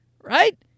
right